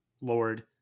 lord